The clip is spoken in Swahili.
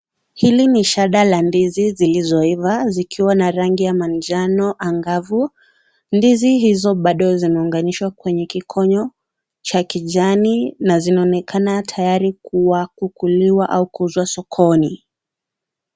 Hili ni shada la ndizi zilizoiva zikiwa na rangi ya manjano angavu. Ndizi hizo bado zimeunganishwa kwenye kikonyo cha kijani an zinaonekana tayari kuwa kukuliwa au kuuzwa sokoni.